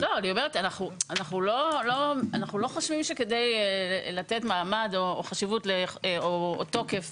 --- אנחנו לא חושבים שכדי לתת מעמד או חשיבות או תוקף